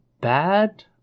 bad